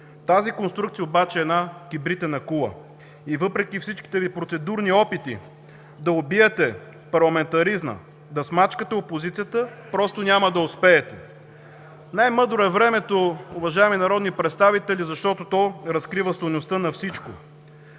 Тази конструкция обаче е кибритена кула и въпреки всичките Ви процедурни опити да убиете парламентаризма, да смачкате опозицията, просто няма да успеете! Най-мъдро е времето, уважаеми народни представители, защото то разкрива стойността на всичко.